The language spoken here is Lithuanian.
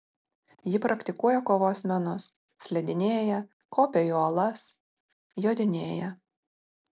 ji praktikuoja kovos menus slidinėja kopia į uolas jodinėja